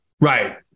right